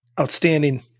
Outstanding